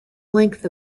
length